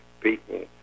people